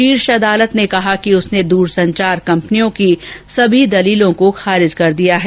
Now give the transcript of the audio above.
शीर्ष अदालत ने कहा कि उसने दूरसंचार कंपनियों की सभी दलीलों को खारिज कर दिया है